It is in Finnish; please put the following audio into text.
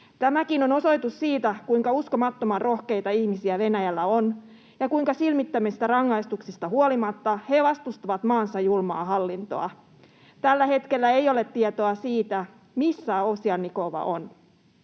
Tämäkin on osoitus siitä, kuinka uskomattoman rohkeita ihmisiä Venäjällä on ja kuinka he silmittömistä rangaistuksista huolimatta vastustavat maansa julmaa hallintoa. Tällä hetkellä ei ole tietoa siitä, missä Ovsjannikova on.